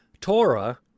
Torah